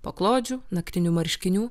paklodžių naktinių marškinių